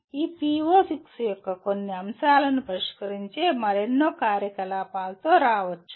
ఈ PO6 యొక్క కొన్ని అంశాలను పరిష్కరించే మరెన్నో కార్యకలాపాలతో రావచ్చు